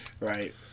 right